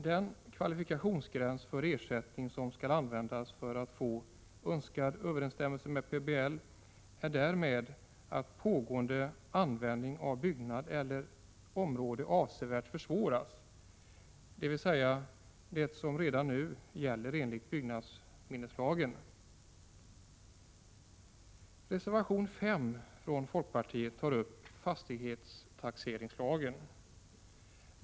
Den kvalifikationsgräns för ersättning som skall användas för att få önskvärd överensstämmelse med PBL är därmed att pågående användning av byggnad eller område avsevärt försvåras, dvs. det som redan nu gäller enligt byggnadslagen. I reservation nr 5 från folkpartiet tas fastighetstaxeringslagen upp.